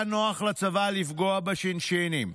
היה נוח לצבא לפגוע בשינשינים.